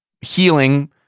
healing